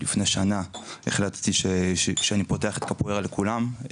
לפני שנה החלטתי שאני פותח את קפוארה לכולם,